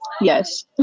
yes